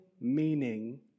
meaning